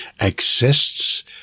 exists